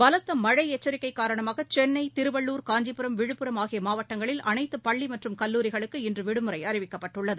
பலத்த மழை எச்சரிக்கை காரணமாக சென்னை திருவள்ளூர் காஞ்சிபுரம் விழுப்புரம் திருவண்ணாமலை ஆகிய மாவட்டங்களில் அனைத்து பள்ளி மற்றும் கல்லூரிகளுக்கு இன்று விடுமுறை அறிவிக்கப்பட்டுள்ளது